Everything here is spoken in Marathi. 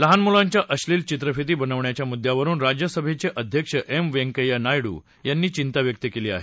लहान मुलांच्या अश्मील चित्रफीती बनवण्याच्या मुद्द्यावरुन राज्यसभेचे अध्यक्ष एम व्यंकय्या नायडू यांनी चिंता व्यक्त केली आहे